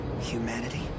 Humanity